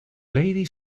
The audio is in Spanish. lady